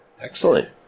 Excellent